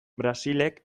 brasilek